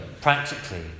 practically